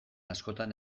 askotan